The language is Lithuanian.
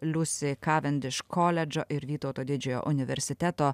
liusė kavendišo koledžo ir vytauto didžiojo universiteto